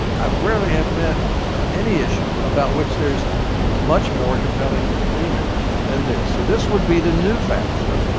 i rarely have met any issue about which there's much more compelling agreement than this, so, this would be the new fafsa,